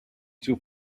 two